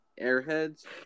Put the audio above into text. Airheads